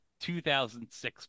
2006